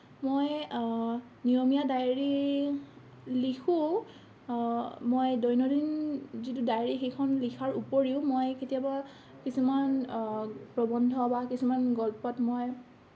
মই নিয়মীয়া ডায়েৰি লিখোঁ মই দৈনন্দিন যিটো ডায়েৰি সেইখন লিখাৰ ওপৰিও মই কেতিয়াবা কিছুমান প্ৰবন্ধ বা কিছুমান গল্পত মই